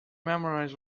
memorize